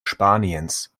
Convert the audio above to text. spaniens